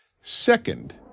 Second